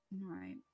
right